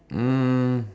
um